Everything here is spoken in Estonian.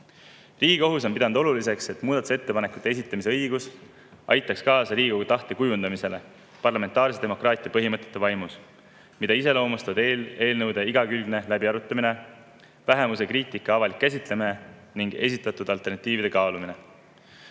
Riigikohus on pidanud oluliseks, et muudatusettepanekute esitamise õigus aitaks kaasa Riigikogu tahte kujundamisele parlamentaarse demokraatia põhimõtete vaimus, mida iseloomustavad eelnõude igakülgne läbiarutamine, vähemuse kriitika avalik käsitlemine ning esitatud alternatiivide kaalumine.